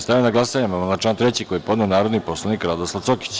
Stavljam na glasanje amandman na član 3. koji je podneo narodni poslanik Radoslav Cokić.